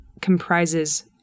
comprises